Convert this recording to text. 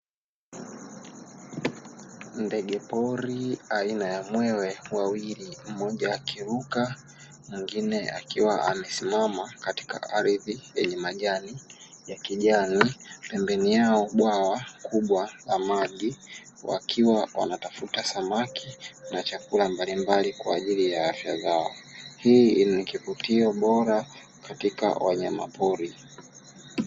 Ndege pori aina ya mwewe wawili mmoja wa kiruka mwingine akiwa amesimama katika ardhi yenye majani ya kijani pembeni yao bwawa kubwa la maji wakiwa wanatafuta samaki na chakula mbalimbali kwa ajili ya afya zao hii ni kivutio bora katika wanyama pori